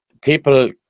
people